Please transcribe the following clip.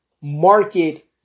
market